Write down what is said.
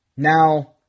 Now